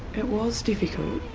it was difficult.